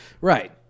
Right